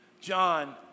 John